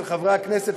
של חברי הכנסת,